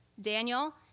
Daniel